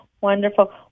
wonderful